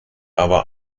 aber